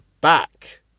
back